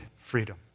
freedom